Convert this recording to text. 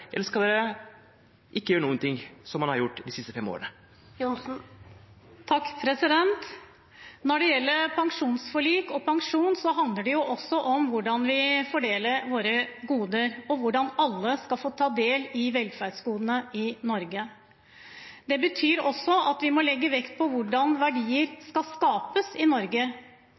eller skal man ikke gjøre noen ting – som man har gjort de siste fem årene? Når det gjelder pensjon og pensjonsforlik, handler det også om hvordan vi fordeler våre goder, og hvordan alle skal få ta del i velferdsgodene i Norge. Det betyr også at vi må legge vekt på hvordan verdier skapes i Norge.